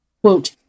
quote